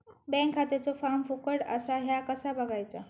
Bank खात्याचो form फुकट असा ह्या कसा बगायचा?